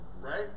Right